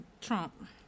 Trump